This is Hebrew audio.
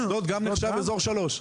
אשדוד נחשב אזור שלוש.